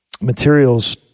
materials